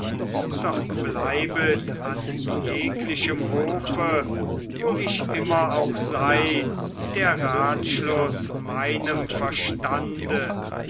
doch bleibet an jeglichem hofe wo ich immer auch sei der ratschluß meinem verstande